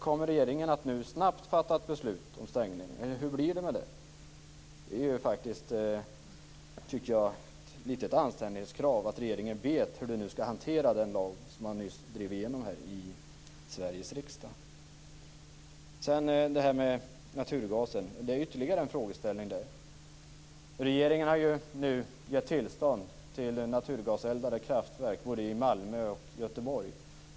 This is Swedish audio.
Kommer regeringen att snabbt fatta beslut om stängning, eller hur blir det med det? Det är faktiskt ett anständighetskrav, tycker jag, att regeringen vet hur man skall hantera den lag som man nyss drivit igenom i Sveriges riksdag. Naturgasen är ytterligare en fråga. Regeringen har nu tillstånd till naturgaseldade kraftverk både i Malmö och i Göteborg.